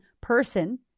person